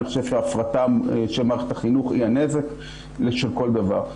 אני חושב שההפרטה של מערכת החינוך היא הנזק של כל דבר.